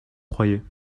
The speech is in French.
croyais